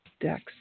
decks